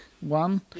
one